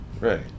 Right